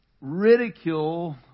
ridicule